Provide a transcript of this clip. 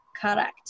Correct